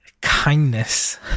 kindness